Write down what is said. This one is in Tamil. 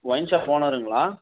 wine shop ஓனருங்களா